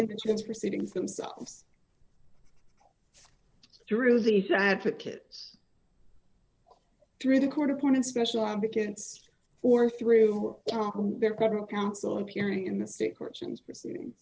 insurance proceedings themselves through the dad tickets through the court appointed special advocates for through their government counsel appearing in the state courts and proceedings